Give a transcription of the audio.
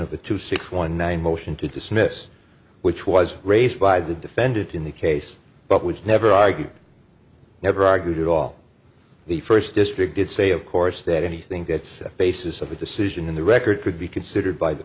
of the two six one one motion to dismiss which was raised by the defendant in the case but which never argued never argued at all the first district did say of course that anything that's a basis of a decision in the record could be considered by the